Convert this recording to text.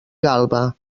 galba